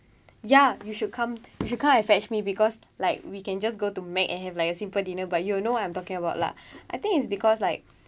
ya you should come you should come and fetch me because like we can just go to mac and have like a simple dinner but you'll know what I'm talking about lah I think it's because like